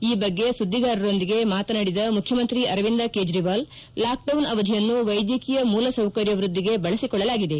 ಈ ಬಗ್ಗೆ ಸುದ್ದಿಗಾರರೊಂದಿಗೆ ಮಾತನಾಡಿದ ಮುಖ್ಯಮಂತ್ರಿ ಅರವಿಂದ ಕೇಜ್ರಿವಾಲ್ ಲಾಕ್ಡೌನ್ ಅವಧಿಯನ್ನು ವೈದ್ಯಕೀಯ ಮೂಲ ಸೌಕರ್ಯ ವೃದ್ದಿಗೆ ಬಳಸಿಕೊಳ್ಳಲಾಗಿದೆ